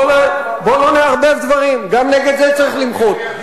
בוא לא נערבב דברים, גם נגד זה צריך למחות.